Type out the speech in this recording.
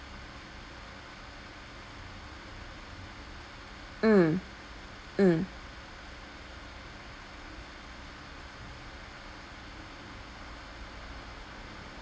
mm mm